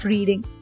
Reading